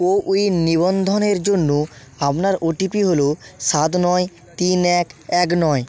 CoWIN নিবন্ধনের জন্য আপনার ওটিপি হলো সাত নয় তিন এক এক নয়